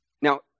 Now